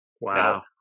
Wow